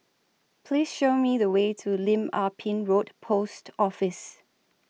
Please Show Me The Way to Lim Ah Pin Road Post Office